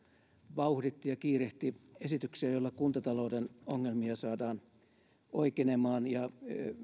vauhditti ja kiirehti esityksiä joilla kuntatalouden ongelmia saadaan oikenemaan ja